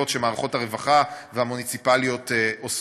שמערכות הרווחה והמוניציפליות מפעילות.